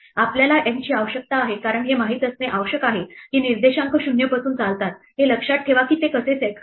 आपल्याला N ची आवश्यकता आहे कारण हे माहित असणे आवश्यक आहे की निर्देशांक 0 पासून चालतात हे लक्षात ठेवा की कसे सेट करायचे